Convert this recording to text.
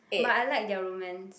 but I like their romance